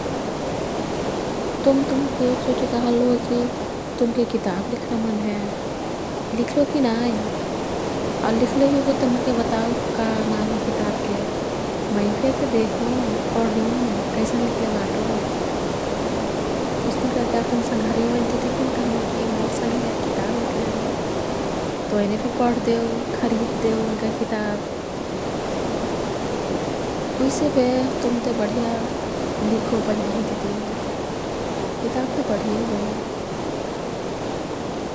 तुम्त मोह्के एक चोटी कहललोहोकी तुमके किताब लिख्ना मन हे। लिख्लो कि नाई? आउ लिख्लो हुइबोत् मोह्के बताउ, का नाम हे किताबके, मै फे ते देखु, पढु कैसन लिख्ले बाटो? उस्तिही कर्के अपन संघरिया ओईन् तिती फेन कह्मु कि मोर् संघरिया किताब लिख्ले हैं। तोईने फे पढ़ देउ, खरिद देउ उनका किताब। उइसेफे तुमते बढिया लिखो पहिलिही तिती। किताब फे बढिया होई।